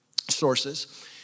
sources